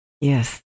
Yes